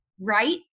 right